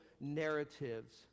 narratives